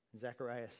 Zechariah